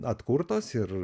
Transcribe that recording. atkurtos ir